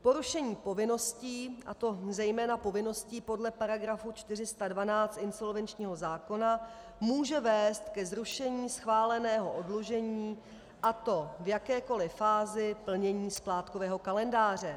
Porušení povinností, a to zejména povinností podle § 412 insolvenčního zákona může vést ke zrušení schváleného oddlužení, a to v jakékoli fázi plnění splátkového kalendáře.